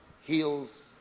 heals